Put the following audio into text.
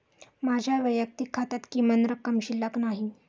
माझ्या वैयक्तिक खात्यात किमान रक्कम शिल्लक नाही